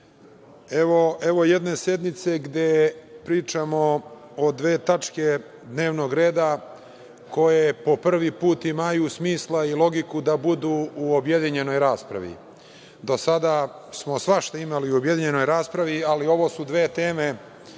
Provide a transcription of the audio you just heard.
evo jedne sednice gde pričamo o dve tačke dnevnog reda, koje po prvi put imaju smisla i logiku da budu u objedinjenoj raspravi. Do sada smo svašta imali u objedinjenoj raspravi, ali ovo su dve teme